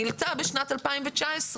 גילתה בשנת 2019,